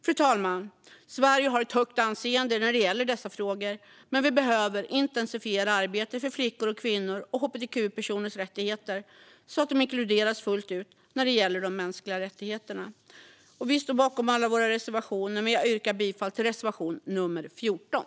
Fru talman! Sverige har ett högt anseende när det gäller dessa frågor, men vi behöver intensifiera arbetet för flickors, kvinnors och hbtq-personers rättigheter så att de inkluderas fullt ut när det gäller de mänskliga rättigheterna. Vi står bakom alla våra reservationer, men jag yrkar bifall enbart till reservation nummer 14.